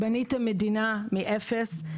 בניתם מדינה מאפס,